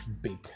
big